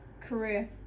career